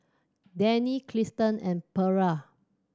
Danny Krysta and Perla